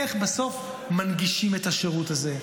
איך בסוף מנגישים את השירות הזה?